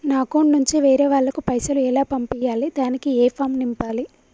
నా అకౌంట్ నుంచి వేరే వాళ్ళకు పైసలు ఎలా పంపియ్యాలి దానికి ఏ ఫామ్ నింపాలి?